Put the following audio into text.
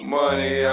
money